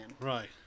Right